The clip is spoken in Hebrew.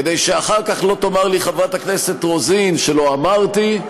כדי שאחר כך לא תאמר לי חברת הכנסת רוזין שלא אמרתי,